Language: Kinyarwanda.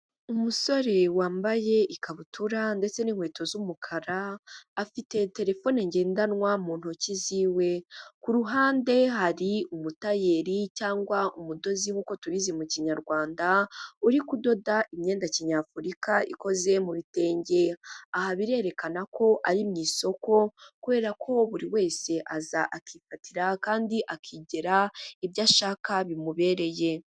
Umusore wambaye ikabutura ndetse n'inkweto z'umukara, afite telefone ngendanwa mu ntoki ziwe. Ku ruhande hari umutayeri cyangwa umudozi nkuko tubizi mu kinyarwanda uri kudoda imyenda ya kinyafurika ikoze mu bitenge. Aha birerekana ko ari mu isoko kubera ko buri wese aza akikatira kandi akigera ibyo ashaka bimubereye.